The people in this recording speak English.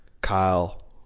Kyle